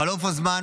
בחלוף הזמן,